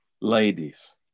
ladies